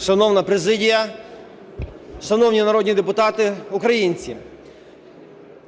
Шановна президія, шановні народні депутати, українці!